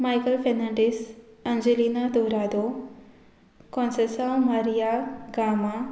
Michael Fernandes Angelina Dourado Conceicao Maria Gama